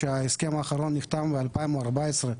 שההסכם האחרון נחתם ב-2014.